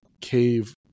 cave